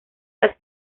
las